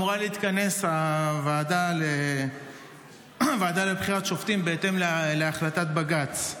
אמורה להתכנס הוועדה לבחירת שופטים בהתאם להחלטת בג"ץ,